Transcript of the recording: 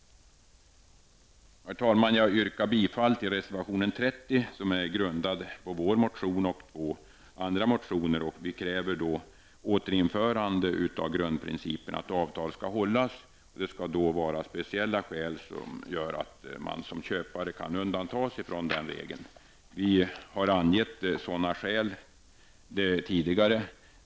Herr talman! Jag yrkar bifall till reservation 30, som är grundad på vår motion och på andra motioner. Vi kräver återinförande av grundprincipen att avtal skall hållas. Speciella skäl skall föreligga för att man som köpare skall kunna undantas från regeln. Vi har angivit sådana skäl tidigare.